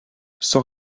sans